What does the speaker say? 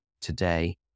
today